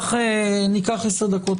הישיבה נעולה.